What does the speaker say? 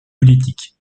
politique